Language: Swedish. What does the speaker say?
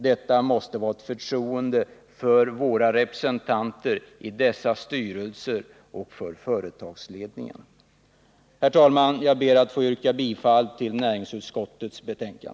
De besluten måste vi med förtroende överlåta till våra representanter i vederbörande styrelser och till företagsledningarna. Herr talman! Jag ber att få yrka bifall till näringsutskottets hemställan.